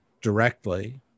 directly